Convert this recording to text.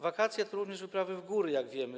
Wakacje to również wyprawy w góry, jak wiemy.